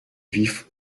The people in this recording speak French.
vif